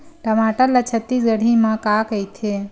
टमाटर ला छत्तीसगढ़ी मा का कइथे?